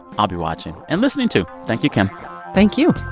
i'll be watching and listening too. thank you, kim thank you